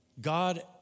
God